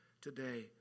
today